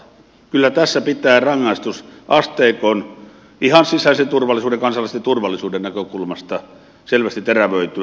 kyllä tässä pitää rangaistusasteikon ihan sisäisen turvallisuuden kansalaisten turvallisuuden näkökulmasta selvästi terävöityä